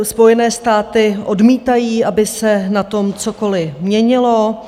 Spojené státy odmítají, aby se na tom cokoli měnilo.